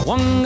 One